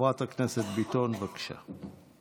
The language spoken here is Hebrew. חברת הכנסת ביטון, בבקשה.